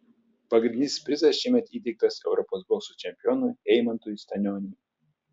pagrindinis prizas šiemet įteiktas europos bokso čempionui eimantui stanioniui